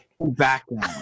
background